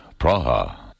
Praha